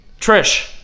Trish